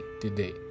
today